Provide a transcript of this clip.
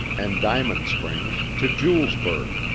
and diamond springs to julesburg,